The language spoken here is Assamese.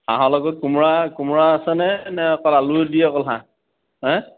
হাঁহৰ লগত কোমোৰা কোমোৰা আছেনে নে অকল আলু দি অকল হাঁহ হা